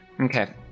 Okay